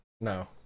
no